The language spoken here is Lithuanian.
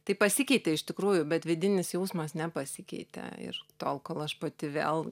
taip pasikeitė iš tikrųjų bet vidinis jausmas nepasikeitė ir tol kol aš pati vėl